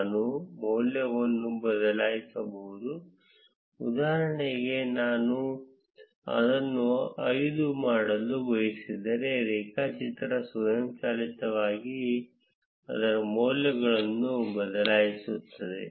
ನಾನು ಮೌಲ್ಯವನ್ನು ಬದಲಾಯಿಸಬಹುದು ಉದಾಹರಣೆಗೆ ನಾನು ಅದನ್ನು ಐದು ಮಾಡಲು ಬಯಸಿದರೆ ರೇಖಾಚಿತ್ರ ಸ್ವಯಂಚಾಲಿತವಾಗಿ ಅದರ ಮೌಲ್ಯಗಳನ್ನು ಬದಲಾಯಿಸುತ್ತದೆ